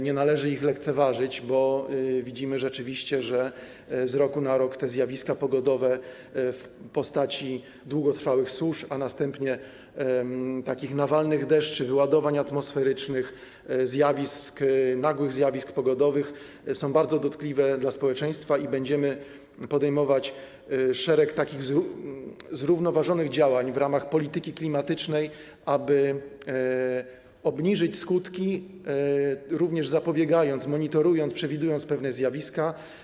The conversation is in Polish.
Nie należy ich lekceważyć, bo widzimy rzeczywiście, że z roku na rok te zjawiska pogodowe w postaci długotrwałych susz, a następnie takich nawalnych deszczy, wyładowań atmosferycznych, nagłych zjawisk pogodowych są bardzo dotkliwe dla społeczeństwa i będziemy podejmować wiele takich zrównoważonych działań w ramach polityki klimatycznej, aby obniżyć skutki, również zapobiegając, monitorując, przewidując pewne zjawiska.